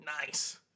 Nice